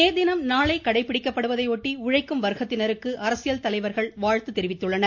மே தினம் நாளை கடைபிடிக்கப்படுவதையொட்டி உழைக்கும் வர்க்கத்தினருக்கு அரசியல் தலைவர்கள் வாழ்த்து தெரிவித்துள்ளனர்